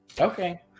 okay